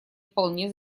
вполне